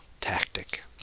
tactic